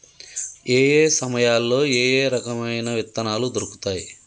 ఏయే సమయాల్లో ఏయే రకమైన విత్తనాలు దొరుకుతాయి?